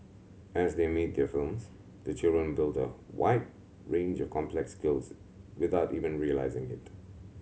as they make their films the children build a wide range of complex skills without even realising it